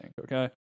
Okay